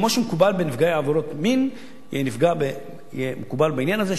כמו שמקובל בנפגעי עבירות מין יהיה מקובל בעניין הזה,